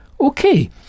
Okay